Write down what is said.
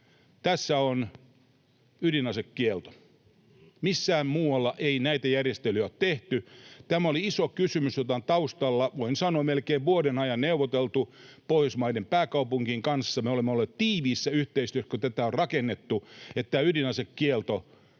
tässä on ydinasekielto. Missään muualla ei näitä järjestelyjä ole tehty. Tämä oli iso kysymys, jota on taustalla, voin sanoa, melkein vuoden ajan neuvoteltu Pohjoismaiden pääkaupunkien kanssa. Me olemme olleet tiiviissä yhteistyössä, kun tätä on rakennettu, että tämä ydinasekielto tällä